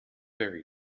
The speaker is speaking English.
very